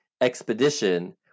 expedition